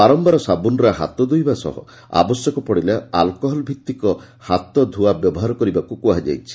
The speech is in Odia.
ବାରମ୍ଭାର ସାବୁନ୍ରେ ହାତ ଧୋଇବା ସହ ଆବଶ୍ୟକ ପଡ଼ିଲେ ଆଲ୍କୋହଲ୍ଭିତ୍ତିକ ହାତଧୁଆ ବ୍ୟବହାର କରିବାକୁ କୁହାଯାଇଛି